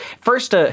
First